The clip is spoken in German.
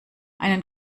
einen